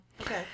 Okay